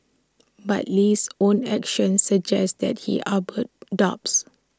but Lee's own actions suggest that he harboured doubts